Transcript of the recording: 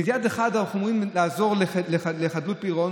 ביד אחת אנחנו אומרים לעזור לחדלות פירעון,